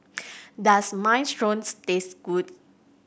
does Minestrone taste good